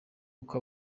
uko